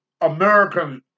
Americans